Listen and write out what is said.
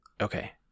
Okay